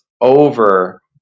over